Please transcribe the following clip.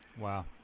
Wow